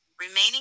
remaining